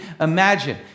imagine